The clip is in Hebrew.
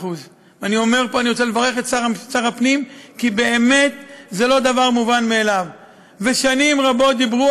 שאומרת שלא יעמוד שום מחסום כלכלי בפני כל ילדה